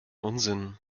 unsinn